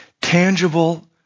Tangible